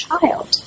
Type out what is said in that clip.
child